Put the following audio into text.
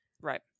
Right